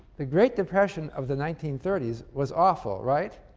the great depression of the nineteen thirty s was awful, right?